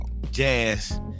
Jazz